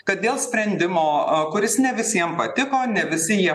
kad dėl sprendimo kuris ne visiem patiko ne visi jie